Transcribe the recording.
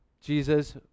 Jesus